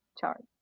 chart